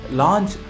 launch